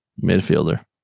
Midfielder